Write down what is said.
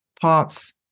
parts